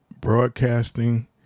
broadcasting